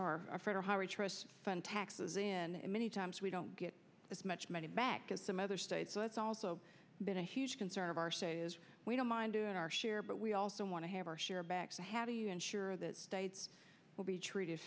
fund taxes in many times we don't get as much money back at some other state so that's also been a huge concern of our state is we don't mind doing our share but we also want to have our share back to have you ensure that states will be treated